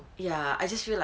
ya I just feel like